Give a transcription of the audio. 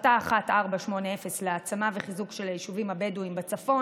החלטה 1480 להעצמה וחיזוק של היישובים הבדואיים בצפון,